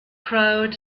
crowd